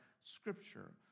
scripture